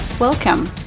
Welcome